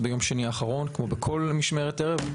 ביום שני האחרון, כמו בכל משמרת ערב,